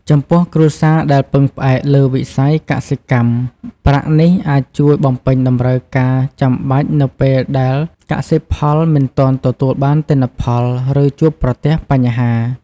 ចំពោះគ្រួសារដែលពឹងផ្អែកលើវិស័យកសិកម្ម ប្រាក់នេះអាចជួយបំពេញតម្រូវការចាំបាច់នៅពេលដែលកសិផលមិនទាន់ទទួលបានទិន្នផល ឬជួបប្រទះបញ្ហា។